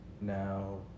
Now